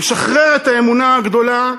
לשחרר את האמונה הגדולה,